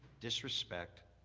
disrespect,